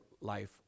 life